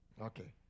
Okay